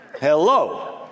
Hello